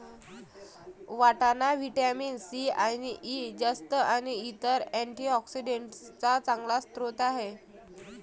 वाटाणा vitamin C आणि E, जस्त आणि इतर अँटीऑक्सिडेंट्सचा चांगला स्रोत आहे